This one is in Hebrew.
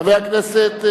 חברי הכנסת,